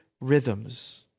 rhythms